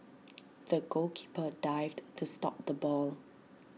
the goalkeeper dived to stop the ball